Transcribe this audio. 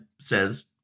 says